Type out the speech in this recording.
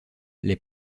les